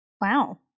Wow